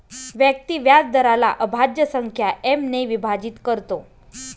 व्यक्ती व्याजदराला अभाज्य संख्या एम ने विभाजित करतो